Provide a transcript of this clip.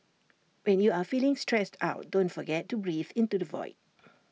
when you are feeling stressed out don't forget to breathe into the void